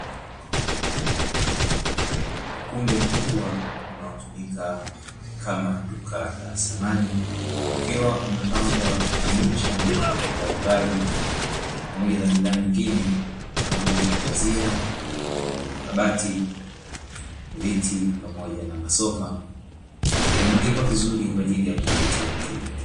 Ukumbi mkubwa unaotumika kama duka la samani ukiwa umepangwa samani mbalimbali pamoja na bidhaa nyingine kama vile mapazia, makabati, viti pamoja na masofa iliyomulikwa vizuri kwa ajili ya kumvutia mteja.